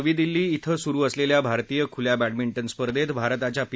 नवी दिल्ली धि सुरु असलेल्या भारतीय खुल्या बँडमिंजे स्पर्धेत भारताच्या पी